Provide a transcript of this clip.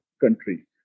country